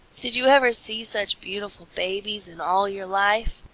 did you ever see such beautiful babies in all your life?